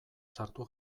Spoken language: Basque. sartu